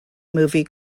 movie